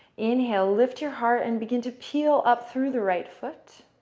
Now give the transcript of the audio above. inhale. lift your heart and begin to peel up through the right foot.